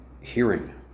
hearing